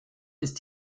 ist